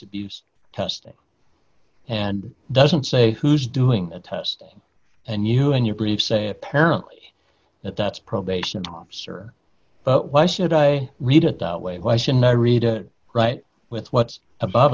abuse testing and doesn't say who's doing the test and you in your grief say apparently that's probation officer but why should i read it that way why shouldn't i read or write with what's above